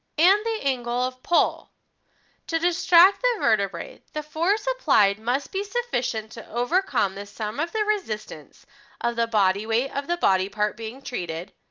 and the angle of pole to distract the vertebrate. the force applied must be sufficient to overcome the sum of the resistance of the body weight of the body part being treated,